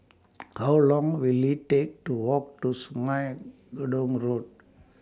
How Long Will IT Take to Walk to Sungei Gedong Road